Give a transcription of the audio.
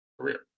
career